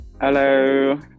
Hello